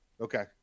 Okay